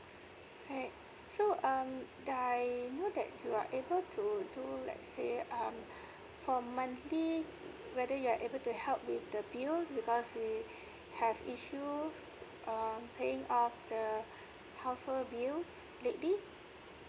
correct so um I know that you are able to do let's say um from monthly whether you are able to help with the bill because we have issues of paying off the household bills lately